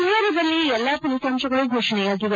ಬಿಹಾರದಲ್ಲಿ ಎಲ್ಲಾ ಫಲಿತಾಂಶಗಳು ಘೋಷಣೆಯಾಗಿವೆ